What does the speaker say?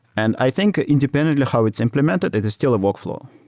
and i think independently how it's implemented, it is still a workflow,